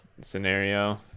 scenario